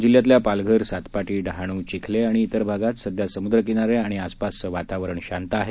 जिल्ह्यातल्या पालघर सातपाटी डहाणू चिखले आणि त्विर भागांत सध्या समुद्र किनारे आणि आसपासचं वातावरण सध्या शांत आहे